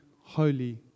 holy